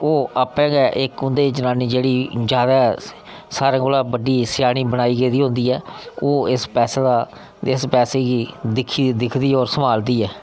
ओह् आपें गै इक्क उं'दे च जनानी जेह्ड़ी जादै सारें कोला बड्डी स्यानी बनाई गेदी होंदी ऐ ओह् इस पैसे दा दिखदी ऐ होर संभालदी ऐ